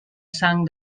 sang